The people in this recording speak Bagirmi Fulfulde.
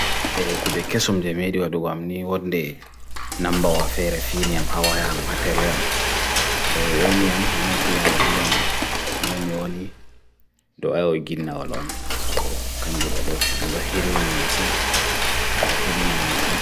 ek kujekesum jemedi yadu wamni wadne nambawa feyre phi ni am hawa yag matel yam do yaw ni am wadnoddi yam wadvi yam nene mi oni do yaw yi gil na walon so kanju do lohi wadna hili na yi masin wadna hili na yi masin